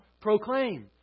proclaim